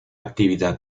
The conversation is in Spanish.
actividad